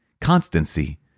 constancy